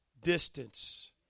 distance